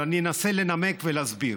אבל אני אנסה לנמק ולהסביר,